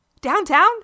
Downtown